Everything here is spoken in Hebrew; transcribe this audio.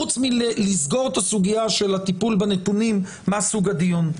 חוץ מלסגור את הסוגיה של הטיפול בנתונים מה סוג הדיון.